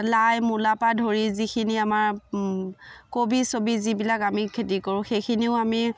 লাই মূলা পৰা ধৰি যিখিনি আমাৰ কবি চবি যিবিলাক আমি খেতি কৰোঁ সেইখিনিও আমি